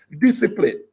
discipline